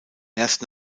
erst